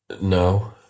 No